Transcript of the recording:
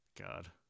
God